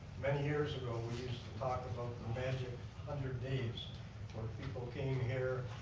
many years ago, we used to talk about the magic hundred days when people came here